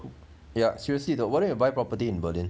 ya seriously why don't you buy property in berlin